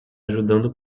ajudando